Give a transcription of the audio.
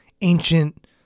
ancient